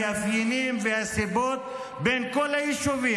המאפיינים והסיבות בין כל היישובים.